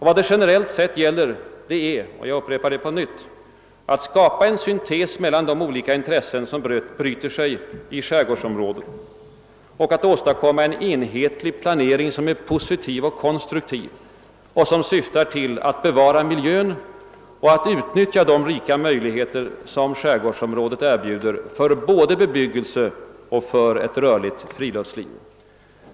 Vad det generellt gäller är — jag upprepar detta — att skapa en syntes mellan de skilda intressen som bryter sig i skärgårdsområdet och att åstadkomma en enhetlig planering som är positiv och konstruktiv och som syftar till att bevara miljön och att utnyttja de rika möjligheter som skärgårdsområdet erbjuder både för bebyggelse och för ett rörligt friluftslivs.